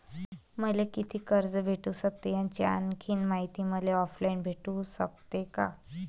मले कितीक कर्ज भेटू सकते, याची आणखीन मायती मले ऑनलाईन भेटू सकते का?